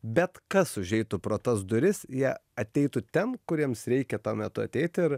bet kas užeitų pro tas duris jie ateitų ten kur jiems reikia tuo metu ateit ir